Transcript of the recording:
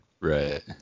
right